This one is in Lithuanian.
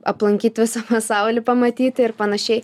aplankyti visą pasaulį pamatyti ir panašiai